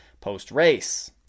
post-race